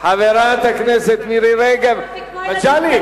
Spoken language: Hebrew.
מגלי,